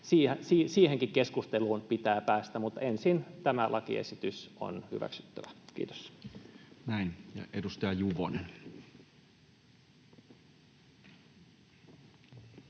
Siihenkin keskusteluun pitää päästä, mutta ensin tämä lakiesitys on hyväksyttävä. — Kiitos. [Speech